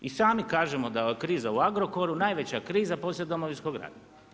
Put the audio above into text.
I sami kažemo da je kriza u Agrokoru najveća kriza poslije Domovinskog rata.